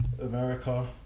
America